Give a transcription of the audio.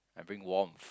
I bring warmth